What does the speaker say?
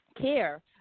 care